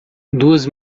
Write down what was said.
duas